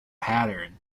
pattern